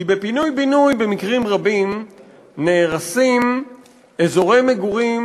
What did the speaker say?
כי בפינוי-בינוי במקרים רבים נהרסים אזורי מגורים